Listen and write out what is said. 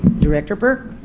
director burke.